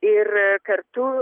ir kartu